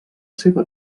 seva